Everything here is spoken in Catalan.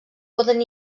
poden